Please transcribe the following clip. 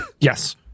Yes